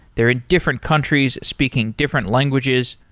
they're in different countries speaking different languages.